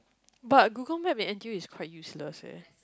but Google Map in N_T_U is quite useless leh